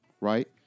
right